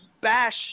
bash